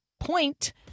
point